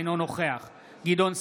אינו נוכח גדעון סער,